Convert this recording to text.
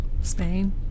Spain